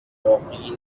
واقعی